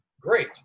great